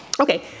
Okay